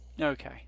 okay